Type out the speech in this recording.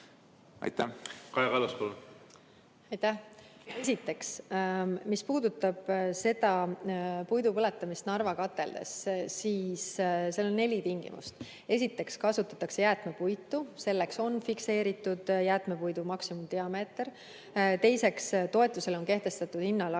palun! Kaja Kallas, palun! Aitäh! Mis puudutab puidu põletamist Narva kateldes, siis seal on neli tingimust. Esiteks kasutatakse jäätmepuitu, selleks on fikseeritud jäätmepuidu maksimumdiameeter. Teiseks, toetusele on kehtestatud hinnalagi